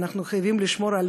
ואנחנו חייבים לשמור על